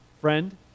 friend